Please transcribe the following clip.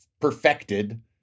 perfected